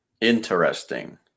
Interesting